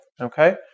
okay